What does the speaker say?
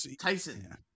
Tyson